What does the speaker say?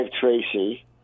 Tracy